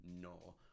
no